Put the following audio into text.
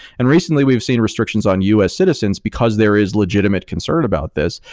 and recently, we've seen restrictions on us citizens because there is legitimate concern about this,